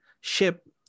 ship